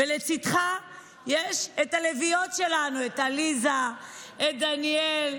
לצידך יש את הלביאות שלנו, את עליזה, את דניאל,